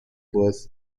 both